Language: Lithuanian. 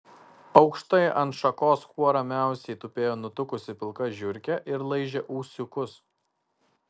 aukštai ant šakos kuo ramiausiai tupėjo nutukusi pilka žiurkė ir laižė ūsiukus